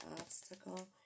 obstacle